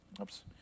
Oops